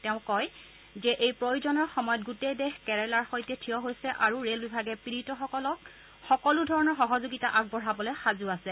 তেওঁ কয় যে এই প্ৰয়োজনৰ সময়ত গোটেই দেশ কেৰালাৰ সৈতে থিয় হৈছে আৰু ৰেল বিভাগে পীড়িত সকলক সকলো ধৰণৰ সহযোগিতা আগবঢ়াবলৈ সাজু আছে